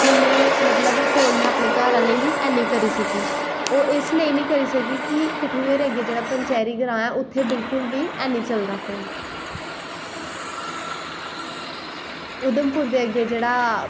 कि में फोन अपनें घर आह्लें गी हैनी करी सकी ओह् तां नी करी सकी कि पंचैरी दे अग्गैं जेह्ड़ा पंचैरी ग्रां ऐ उत्थें बिल्कुल बी हैनी चलदा फोन उधमपुर दे अग्गैं जेह्ड़ा